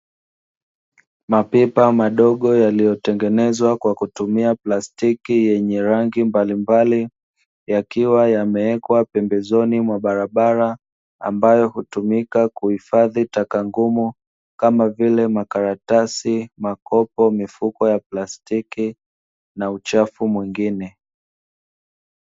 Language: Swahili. Mapipa madogo yaliyotengenezwa kwa kutumia plastiki; yenye rangi mabalimbali, yakiwa yamewekwa pembezoni mwa barabara, ambayo hutumika kuhifadhi taka ngumu, kama vile: makaratasi, makopo, mifuko ya plastiki, na uchafu mwingine.